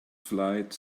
flight